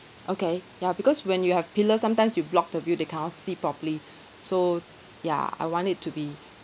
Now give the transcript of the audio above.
okay ya because when you have pillar sometimes you block the view they cannot see properly so ya I want it to be